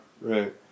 Right